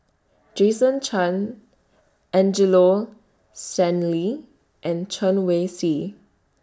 Jason Chan Angelo Sanelli and Chen Wen Hsi